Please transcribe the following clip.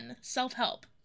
self-help